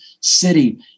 city